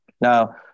Now